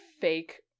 fake